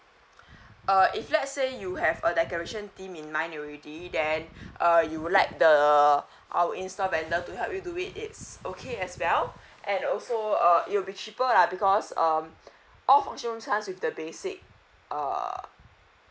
uh if let's say you have a decoration theme in mind already then uh you would like the our in store vendor to help you do it it's okay as well and also uh it will be cheaper lah because um all function rooms comes with the basic uh